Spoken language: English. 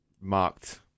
marked